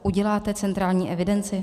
Uděláte centrální evidenci?